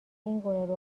اینگونه